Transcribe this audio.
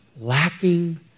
Lacking